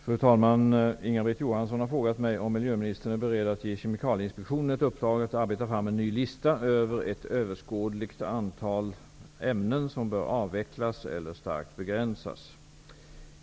Fru talman! Inga-Britt Johansson har frågat mig om miljöministern är beredd att ge Kemikalieinspektionen ett uppdrag att arbeta fram en ny lista över ett överskådligt antal ämnen som bör avvecklas eller starkt begränsas.